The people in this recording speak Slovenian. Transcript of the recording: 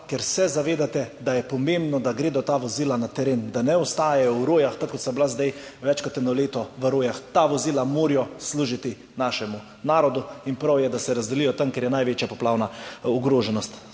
ker se zavedate, da je pomembno, da gredo ta vozila na teren, da ne ostajajo na Rojah, tako kot so bila zdaj več kot eno leto na Rojah. Ta vozila morajo služiti našemu narodu in prav je, da se razdelijo tam, kjer je največja poplavna ogroženost.